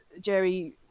Jerry